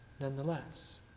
Nonetheless